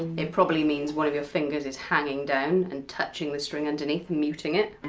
it probably means one of your fingers is hanging down and touching the string underneath, muting it.